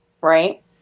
right